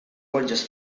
monges